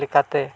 ᱞᱮᱠᱟᱛᱮ